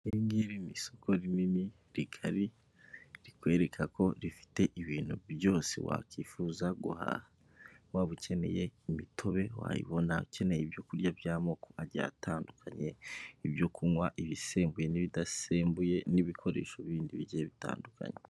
Iri ngiri mu ni isoko rinini rigari rikwereka ko rifite ibintu byose wakwifuza guhaha, waba ukeneye imitobe wayibona, ukeneye ibyo kurya by'amoko atandukanye ibyo kunywa ibisembuwe n'ibidasembuye n'ibikoresho bindi bigiye bitandukanye.